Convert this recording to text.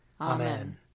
Amen